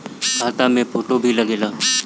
खाता मे फोटो भी लागे ला?